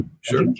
sure